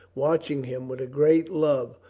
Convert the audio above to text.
watching him with a great love,